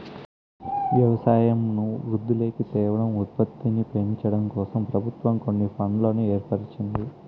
వ్యవసాయంను వృద్ధిలోకి తేవడం, ఉత్పత్తిని పెంచడంకోసం ప్రభుత్వం కొన్ని ఫండ్లను ఏర్పరిచింది